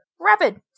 rapid